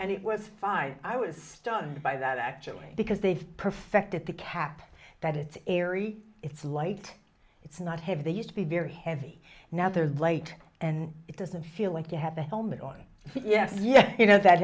and it was five i was stunned by that actually because they've perfected the cap that it's airy it's light it's not have they used to be very heavy now there's light and it doesn't feel like you have the helmet on yeah yeah you know that